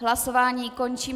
Hlasování končím.